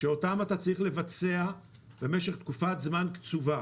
שאותם אתה צריך לבצע במשך תקופת זמן קצובה